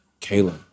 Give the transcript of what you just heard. Kayla